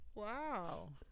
wow